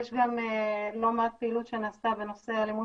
יש גם לא מעט פעילות שנעשתה בנושא אלימות